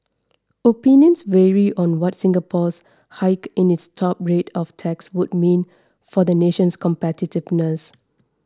opinions vary on what Singapore's hike in its top rate of tax would mean for the nation's competitiveness